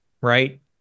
right